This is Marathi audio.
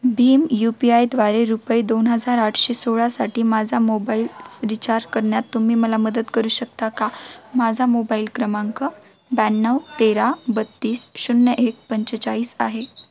भीम यू पी आयद्वारे रुपये दोन हजार आठशे सोळासाठी माझा मोबाईल रिचार्ज करण्यात तुम्ही मला मदत करू शकता का माझा मोबाईल क्रमांक ब्याण्णव तेरा बत्तीस शून्य एक पंचेचाळीस आहे